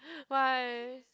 why